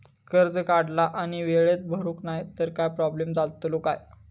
कर्ज काढला आणि वेळेत भरुक नाय तर काय प्रोब्लेम जातलो काय?